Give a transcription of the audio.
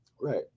Right